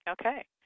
Okay